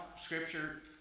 Scripture